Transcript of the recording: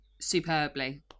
superbly